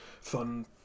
fun